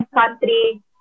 country